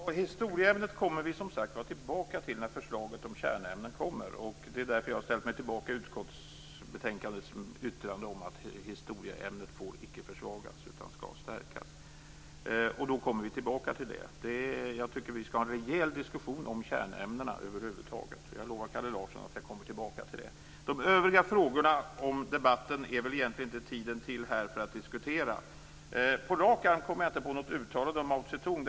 Fru talman! Historieämnet kommer vi som sagt var tillbaka till när förslaget om kärnämnen kommer. Det är därför jag har ställt mig bakom utskottsbetänkandets yttrande om att historieämnet icke får försvagas utan skall stärkas. Jag tycker att vi skall ha en rejäl diskussion om kärnämnena över huvud taget. Jag lovar Kalle Larsson att jag kommer tillbaka till frågan. De övriga frågorna är väl egentligen inte tiden i denna debatt till för att diskutera. På rak arm kommer jag inte på något uttalande om Mao Zedong.